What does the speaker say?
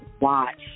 watch